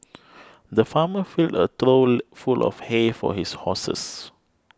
the farmer filled a trough full of hay for his horses